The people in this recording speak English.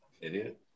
Idiot